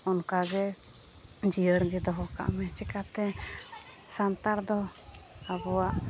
ᱚᱱᱠᱟᱜᱮ ᱡᱤᱭᱟᱹᱲᱜᱮ ᱫᱚᱦᱚᱠᱟᱜ ᱢᱮ ᱪᱤᱠᱟᱹᱛᱮ ᱥᱟᱱᱛᱟᱲᱫᱚ ᱟᱵᱚᱣᱟᱜ